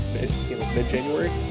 mid-January